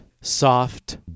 Soft